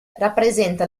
rappresenta